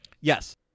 yes